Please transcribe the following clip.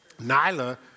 Nyla